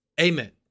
Amen